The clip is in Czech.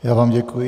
Já vám děkuji.